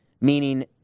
meaning